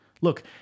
Look